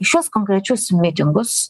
į šiuos konkrečius mitingus